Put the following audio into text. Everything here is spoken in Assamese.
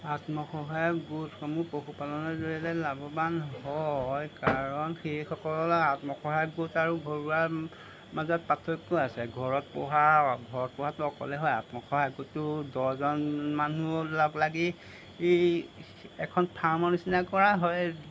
আত্মসহায়ক গোটসমূহ পশুপালনৰ জৰিয়তে লাভৱান হয় কাৰণ সেইসকল আত্মসহায়ক গোট আৰু ঘৰুৱা মাজত পাৰ্থক্য আছে ঘৰত পোহা ঘৰত পোহাটো অকলে হয় আত্মসহায়ক গোটটোত দহজন মানুহ লগলাগি এখন ফাৰ্মৰ নিচিনা কৰা হয়